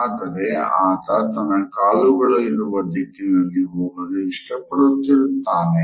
ಆದರೆ ಆತ ತನ್ನ ಕಾಲುಗಳು ಇರುವ ದಿಕ್ಕಿನಲ್ಲಿ ಹೋಗಲು ಇಷ್ಟ ಪಡುತ್ತಿರುತ್ತಾನೆ